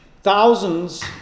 thousands